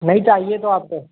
नई चाहिए तो आपको